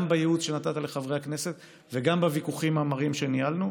גם בייעוץ שנתת לחברי הכנסת וגם בוויכוחים המרים שניהלנו.